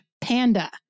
panda